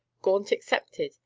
gaunt excepted,